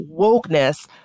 wokeness